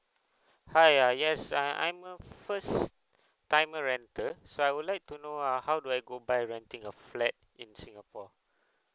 hi uh yes I I'm a first timer rental so I would like to know uh how do I go by renting a flat in singapore